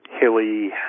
hilly